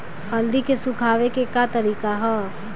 हल्दी के सुखावे के का तरीका ह?